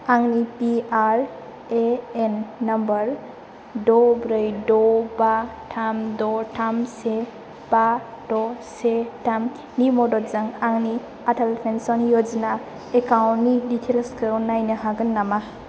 आंनि P R A N number द' ब्रै द' बा थाम द' थाम से बा द' से थामनि मददजों आंनि अटल पेन्सन य'जना एकाउन्टनि डिटेइल्सखौ नायनो हागोन नामा